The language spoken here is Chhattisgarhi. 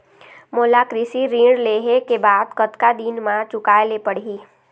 मोला कृषि ऋण लेहे के बाद कतका दिन मा चुकाए ले पड़ही?